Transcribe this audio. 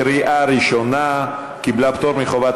עברה בקריאה שנייה ובקריאה